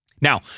Now